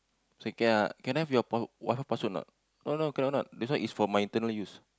say can can I have your point Wi-Fi password a not oh no cannot this one is for my internal use